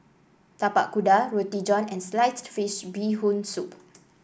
Tapak Kuda Roti John and Sliced Fish Bee Hoon Soup